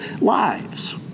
lives